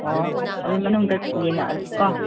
ꯑꯣ ꯑꯗꯨꯗꯤ ꯃꯅꯨꯡꯗ ꯌꯦꯡꯉꯛꯑꯒꯦꯀꯣ